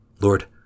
Lord